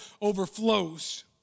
overflows